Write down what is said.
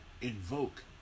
invoke